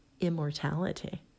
immortality